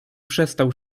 przestał